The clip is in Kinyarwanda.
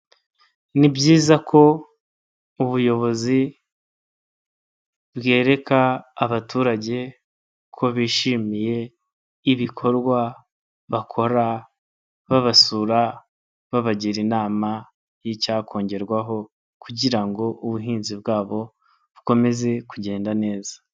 Ni byiza ko ubuyobozi bwereka abaturage ko bishimiye ibikorwa bakora babasura, babagira inama y'icyakongerwaho kugira ngo ubuhinzi bwabo bukomeze kugenda neza.